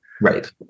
Right